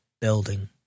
building